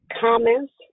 comments